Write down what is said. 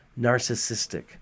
narcissistic